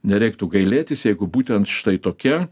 nereiktų gailėtis jeigu būtent štai tokia